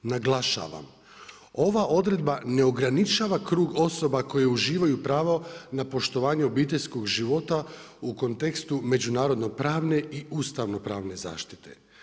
Naglašavam, ova odredba ne ograničava krug osoba koja uživaju pravo na poštovanje obiteljskog života, u kontekstu međunarodne pravne u ustavno pravne zaštite.